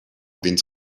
dins